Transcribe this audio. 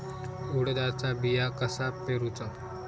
उडदाचा बिया कसा पेरूचा?